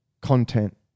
content